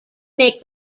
make